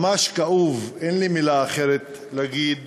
ממש כאוב, אין לי מילה אחרת להגיד